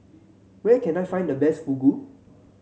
where can I find the best Fugu